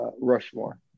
Rushmore